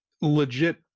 legit